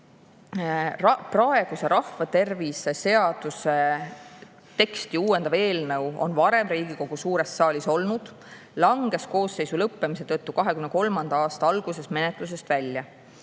Praeguse rahvatervise seaduse teksti uuendav eelnõu on varem Riigikogu suures saalis olnud. See langes koosseisu lõppemise tõttu 2023. aasta alguses menetlusest välja.